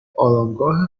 آرامگاه